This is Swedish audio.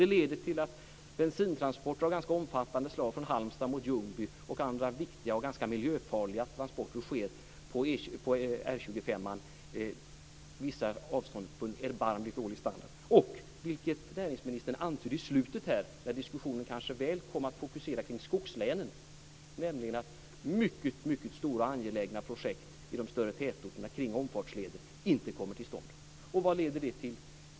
Detta leder till att bensintransporter av ganska omfattande slag från Halmstad mot Ljungby och andra viktiga och miljöfarliga transporter sker på R 25:an, där vissa sträckor har erbarmligt dålig standard. Som näringsministern antydde i slutet, när diskussionen kanske i väl hög grad kom att fokusera på skogslänen, leder detta också till att mycket stora och angelägna projekt i de större tätorterna kring omfartsleder inte kommer till stånd. Och vad leder det till?